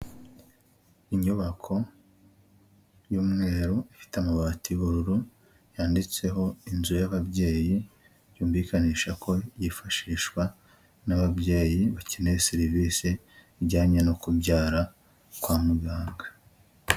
Inyubako y'umweru ifite amabati y'ubururu yanditseho inzu y'ababyeyi, yumvikanisha ko yifashishwa n'ababyeyi bakeneye serivisi ijyanye no kubyara kwa muganga.